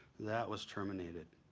that was terminated.